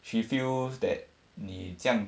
she feels that 你这样